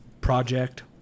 Project